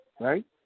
right